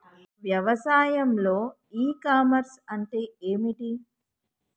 వ్యవసాయంలో e commerce అంటే ఏమిటి?